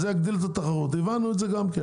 זה יגדיל את התחרות את זה הבנו גם כן.